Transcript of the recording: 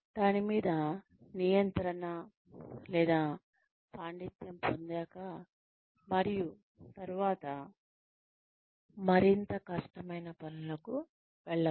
దానిమీద నియంత్రణ లేదా పాండిత్యం పొందాకా మరియు తరువాత మరింత కష్టమైన పనులకు వెళ్ళవచ్చు